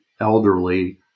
elderly